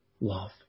love